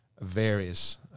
various